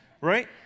right